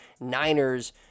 Niners